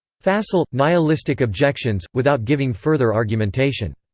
facile, nihilistic objections, without giving further argumentation.